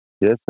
yes